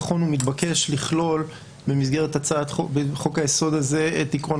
נכון ומתבקש לכלול במסגרת חוק היסוד הזה את עיקרון